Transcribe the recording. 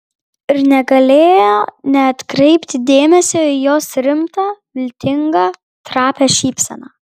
ir negalėjo neatkreipti dėmesio į jos rimtą viltingą trapią šypseną